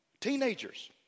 Teenagers